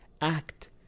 act